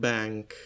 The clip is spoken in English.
Bank